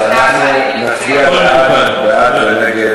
טוב, אז אנחנו נצביע בעד ונגד,